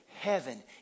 heaven